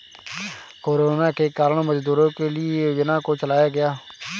corona के कारण मजदूरों के लिए ये योजना को चलाया गया